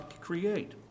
create